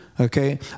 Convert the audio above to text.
okay